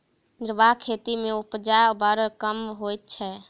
निर्वाह खेती मे उपजा बड़ कम होइत छै